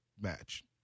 match